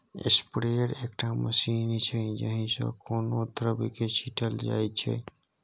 sprayer एकटा machine छै जाहि सँ कोनो द्रब केँ छीटल जाइ छै